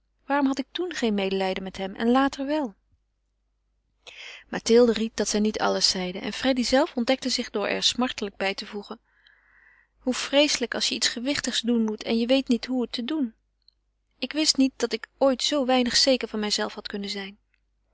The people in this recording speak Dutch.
waarom had ik toen geen medelijden met hem en later wel mathilde ried dat zij niet alles zeide en freddy zelve ontdekte zich door er smartelijk bij te voegen hoe vreeselijk als je iets gewichtigs doen moet en je weet niet hoe het te doen ik wist niet dat ik ooit zoo weinig zeker van mijzelve had kunnen zijn